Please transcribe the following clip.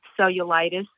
cellulitis